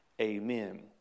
amen